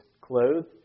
clothed